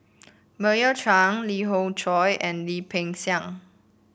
Meira Chand Lee Khoon Choy and Lim Peng Siang